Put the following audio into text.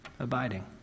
Abiding